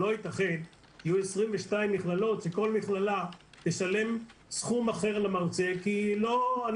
לא יתכן שיהיו 22 מכללות שכל מכללה תשלם סכום אחר למרצה כי אני